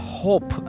hope